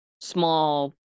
small